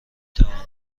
توانم